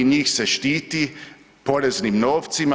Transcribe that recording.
Njih se štiti poreznim novcima.